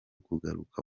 kugaruka